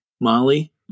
Molly